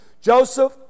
joseph